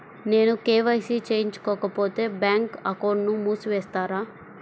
నేను కే.వై.సి చేయించుకోకపోతే బ్యాంక్ అకౌంట్ను మూసివేస్తారా?